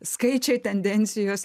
skaičiai tendencijos